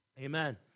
amen